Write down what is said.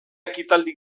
ekitaldi